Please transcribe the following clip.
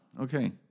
Okay